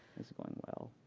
is going well.